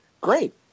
Great